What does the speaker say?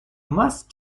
must